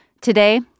Today